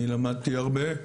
אני למדתי הרבה,